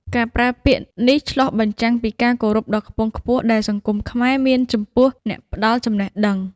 ការប្រើពាក្យនេះឆ្លុះបញ្ចាំងពីការគោរពដ៏ខ្ពង់ខ្ពស់ដែលសង្គមខ្មែរមានចំពោះអ្នកផ្ដល់ចំណេះដឹង។